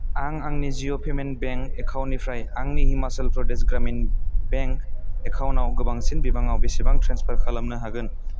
आं आंनि Jio payment bank एकाउन्टनिफ्राय आंनि हिमाचल प्रदेश ग्रामिन बेंक एकाउन्टआव गोबांसिन बिबाङाव बेसेबां ट्रेन्सफार खालामनो हागोन